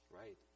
right